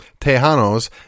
Tejanos